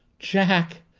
jack!